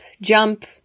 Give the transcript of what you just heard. jump